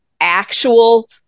actual